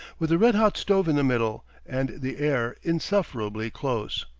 with a red-hot stove in the middle, and the air insufferably close.